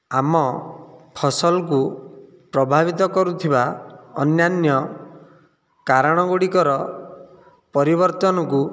ଆମ ଫସଲକୁ ପ୍ରଭାବିତ କରୁଥିବା ଅନ୍ୟାନ୍ୟ କାରଣ ଗୁଡ଼ିକର ପରବର୍ତ୍ତନକୁ